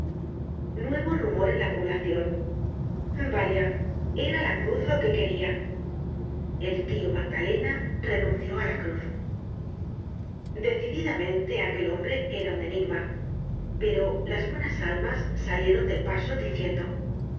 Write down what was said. nuevo rumor en la poblacion vaya era la cruz lo que queria el tio magdalena renunció la cruz decididamente aquel hombre ora un enigma pero las buenas almas salieron del paso diciendo